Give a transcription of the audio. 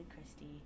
Christie